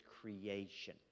creation